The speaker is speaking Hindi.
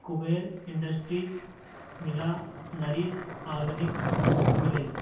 कुबेर इंडस्ट्रीज़ मिला नरिस ऑर्गॅनिक्स मिले